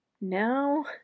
now